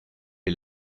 est